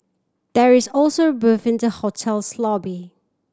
there is also a booth in the hotel's lobby